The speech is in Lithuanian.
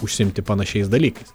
užsiimti panašiais dalykais